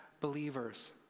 believers